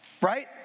right